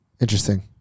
Interesting